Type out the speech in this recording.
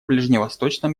ближневосточном